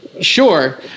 Sure